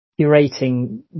curating